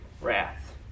wrath